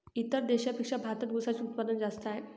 इतर देशांपेक्षा भारतात उसाचे उत्पादन जास्त आहे